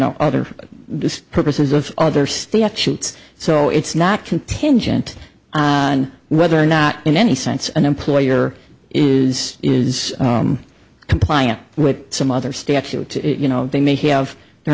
know other purposes of other statutes so it's not contingent on whether or not in any sense an employer is is compliant with some other statute you know they may have their